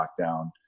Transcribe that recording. lockdown